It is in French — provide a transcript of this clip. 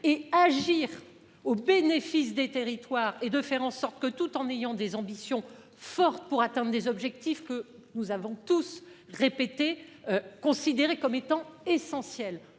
et agir au bénéfice des territoires et de faire en sorte que tout en ayant des ambitions fortes pour atteinte des objectifs que nous avons tous répété. Considérer comme étant essentiels.